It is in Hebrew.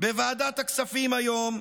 בוועדת הכספים היום,